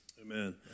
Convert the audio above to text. Amen